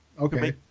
okay